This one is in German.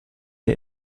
der